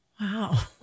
Wow